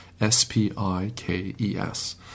S-P-I-K-E-S